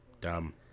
Dumb